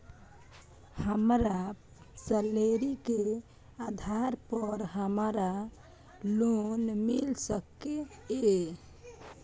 हमर सैलरी के आधार पर हमरा लोन मिल सके ये?